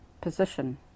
position